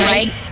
Right